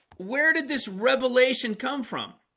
where did this revelation come from